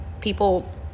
People